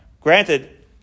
granted